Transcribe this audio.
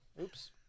Oops